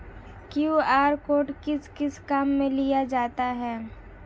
QR code किस किस काम में लिया जाता है?